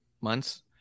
months